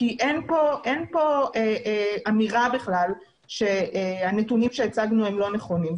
אין פה אמירה בכלל שהנתונים שהצגנו הם לא נכונים,